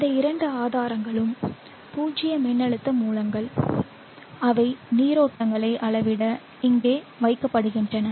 இந்த இரண்டு ஆதாரங்களும் பூஜ்ஜிய மின்னழுத்த மூலங்கள் அவை நீரோட்டங்களை அளவிட இங்கே வைக்கப்படுகின்றன